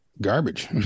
garbage